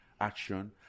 action